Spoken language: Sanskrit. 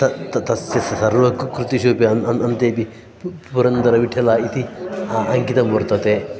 त त तस्य स सर्व क् क् कृतिषुपि अन् अन् अन्तेऽपि पु पुरन्दरविठल इति अ अङ्कितं वर्तते